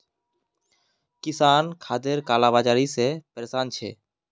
किसान खादेर काला बाजारी से परेशान छे